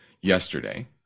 yesterday